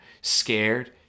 scared